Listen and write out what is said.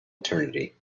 eternity